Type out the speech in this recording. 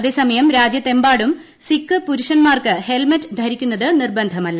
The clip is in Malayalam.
അതേസമയം രാജ്യത്തെമ്പാടും സിഖ് പുരുഷൻമാർക്ക് ഹെൽമറ്റ് ധരിക്കുന്നത് നിർബന്ധമല്ല